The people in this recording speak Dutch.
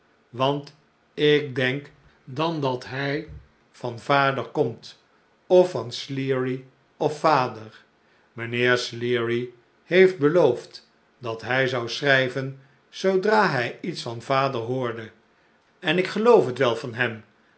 want ik denk dan dat hij van vader komt of van sleary over vader mijnheer sleary heeft beloofd dat hij zou schrijven zoodra hij iets van vader hoorde en ik geloof het wel van hem